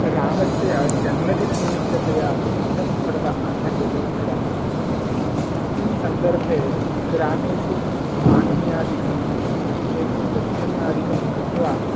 रामस्य जन्मदिननिमित्ततया इदं पर्व आचर्यते ग्रामे अस्मिन् सन्दर्भे ग्रामेषु पानीयादिकम् एवं दध्यन्नादिकं दत्वा